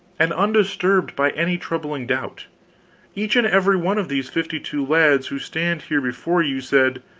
and undisturbed by any troubling doubt each and every one of these fifty-two lads who stand here before you, said,